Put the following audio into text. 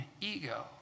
ego